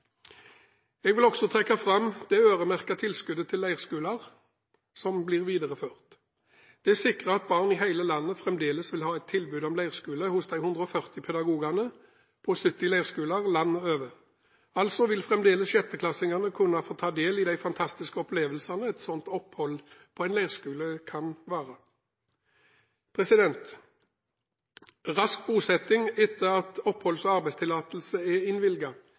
Jeg vil også trekke fram at det øremerkede tilskuddet til leirskoler blir videreført. Det sikrer at barn i hele landet fremdeles vil ha et tilbud om leirskole hos de 140 pedagogene på de 70 leirskolene landet over. Altså vil fremdeles 6.-klassingene kunne få ta del i de fantastiske opplevelsene et slikt opphold på en leirskole kan være. Rask bosetting etter at oppholds- og arbeidstillatelse er